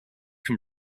can